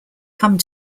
come